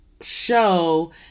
show